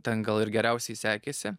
ten gal ir geriausiai sekėsi